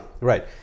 right